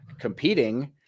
competing